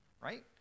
right